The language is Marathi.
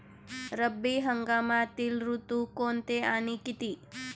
रब्बी हंगामातील ऋतू कोणते आणि किती?